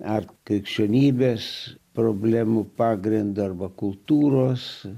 ar krikščionybės problemų pagrindu arba kultūros